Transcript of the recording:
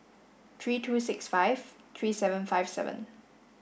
three two six five three seven five seven